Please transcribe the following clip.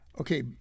okay